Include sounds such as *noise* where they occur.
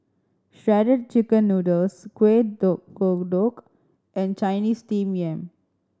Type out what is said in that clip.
Shredded Chicken Noodles kuih *unintelligible* kodok and Chinese Steamed Yam